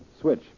switch